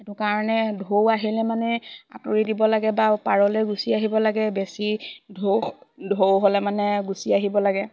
সেইটো কাৰণে ঢৌ আহিলে মানে আঁতৰি দিব লাগে বা পাৰলে গুচি আহিব লাগে বেছি ঢৌ ঢৌ হ'লে মানে গুচি আহিব লাগে